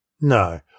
No